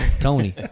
Tony